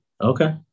Okay